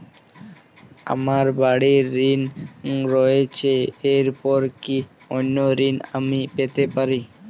আমার বাড়ীর ঋণ রয়েছে এরপর কি অন্য ঋণ আমি পেতে পারি?